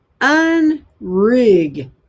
unrig